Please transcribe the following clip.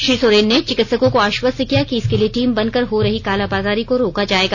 श्री सोरेन ने चिकित्सकों को आश्वस्त किया कि इसके लिए टीम बनाकर हो रही कालाबाजारी को रोका जाएगा